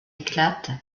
éclate